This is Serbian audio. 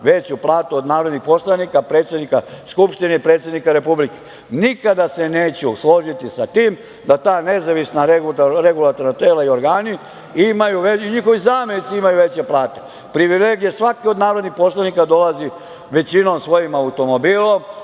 veću platu od narodnih poslanika, predsednika Skupštine, predsednika Republike. Nikada se neću složiti sa tim da ta nezavisna regulatorna tela i organi i njihovi zamenici imaju veće plate. Privilegija svakog od narodnih poslanika dolazi većinom svojim automobilom,